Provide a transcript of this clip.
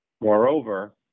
Moreover